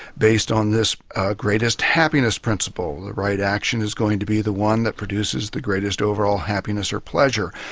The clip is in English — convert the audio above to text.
based on this greatest happiness principle. the right action is going to be the one that produces the greatest overall happiness or pleasure.